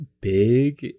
big